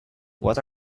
what